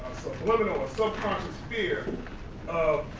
subliminal or subconscious fear of